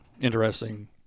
interesting